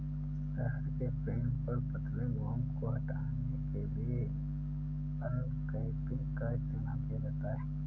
शहद के फ्रेम पर पतले मोम को हटाने के लिए अनकैपिंग का इस्तेमाल किया जाता है